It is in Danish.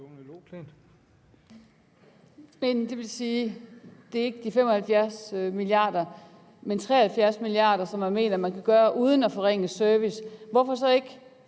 Det vil sige, at det ikke er 75 mia. kr., men 53 mia. kr., som man mener at man kan gøre uden at forringe service, men hvorfor så ikke